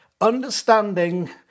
understanding